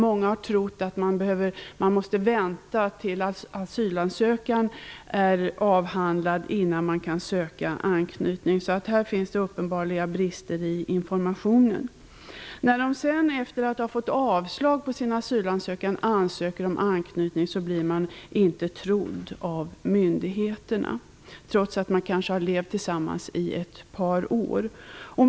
Många har trott att de måste vänta tills asylansökan är behandlad innan de kan ansöka på grund av anknytning, så här finns tydligen uppenbara brister i informationen. När de sedan, efter att ha fått avslag på sina asylansökningar, ansöker om anknytning blir de inte trodda av myndigheterna, trots att de kanske har levt tillsammans sedan ett par år.